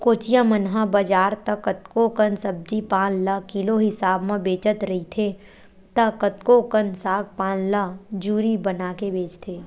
कोचिया मन ह बजार त कतको कन सब्जी पान ल किलो हिसाब म बेचत रहिथे त कतको कन साग पान मन ल जूरी बनाके बेंचथे